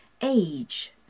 age